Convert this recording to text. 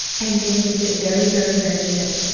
and then you get very, very, very sick.